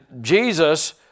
Jesus